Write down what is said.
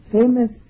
famous